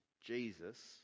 Jesus